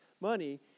money